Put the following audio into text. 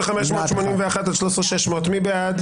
13,581 עד 13,600, מי בעד?